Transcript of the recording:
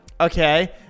okay